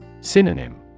Synonym